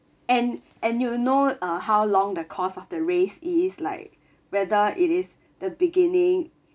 and and you know uh how long the course of the race is like whether it is the beginning